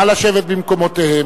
נא לשבת במקומותיהם.